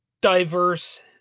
diverse